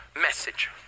message